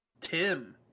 Tim